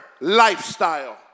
lifestyle